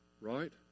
Right